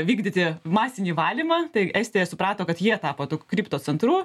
vykdyti masinį valymą tai estija suprato kad jie tapo tu kripto centrų